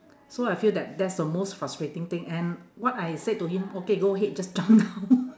so I feel that that's the most frustrating thing and what I said to him okay go ahead just jump down